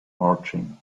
marching